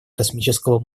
космического